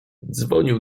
dzwonił